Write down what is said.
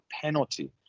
penalty